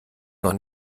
noch